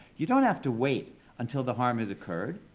you don't have to wait until the harm has occurred.